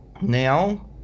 now